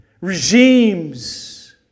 regimes